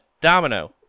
Domino